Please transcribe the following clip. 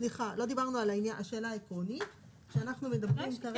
אבל לא דיברנו על השאלה העקרונית שאנחנו מדברים כרגע.